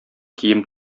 кием